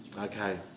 Okay